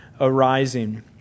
arising